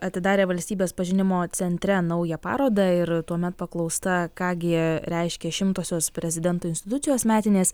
atidarė valstybės pažinimo centre naują parodą ir tuomet paklausta ką gi reiškia šimtosios prezidento institucijos metinės